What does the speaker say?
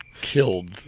killed